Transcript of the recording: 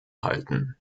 halten